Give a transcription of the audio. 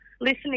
listening